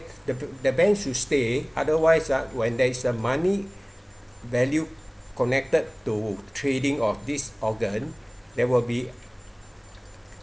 the the ban should stay otherwise ah when there is a money value connected to trading of this organ there will be